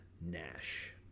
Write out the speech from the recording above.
Nash